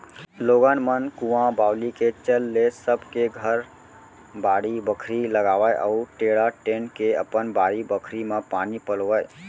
लोगन मन कुंआ बावली के चल ले सब के घर बाड़ी बखरी लगावय अउ टेड़ा टेंड़ के अपन बारी बखरी म पानी पलोवय